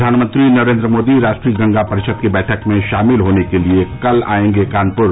प्रधानमंत्री नरेन्द्र मोदी राष्ट्रीय गंगा परिषद की बैठक में शामिल होने के लिये कल आयेंगे कानपुर